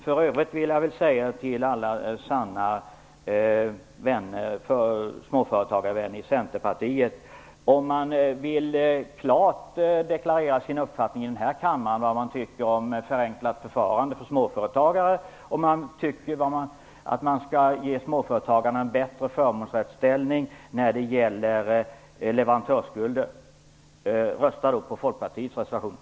För övrigt vill jag säga till alla sanna småföretagarvänner i Centerpartiet: Om man klart vill deklarera här i kammaren att man tycker det skall vara ett förenklat förfarande för småföretagare och att småföretagarna skall få en bättre förmånsrättsställning när det gäller leverantörsskulder - då skall man rösta på